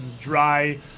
dry